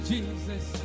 Jesus